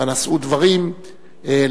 ובה נשאו דברים לזכרו,